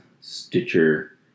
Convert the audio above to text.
Stitcher